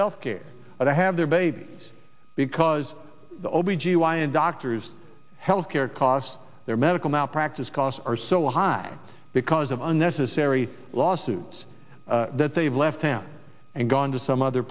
health care that i have their babies because the o b g y n doctors health care costs their medical malpractise costs are so high because of unnecessary lawsuits that they've left town and gone to some other